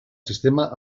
sistema